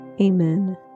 Amen